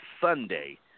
Sunday